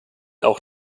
auch